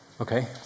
Okay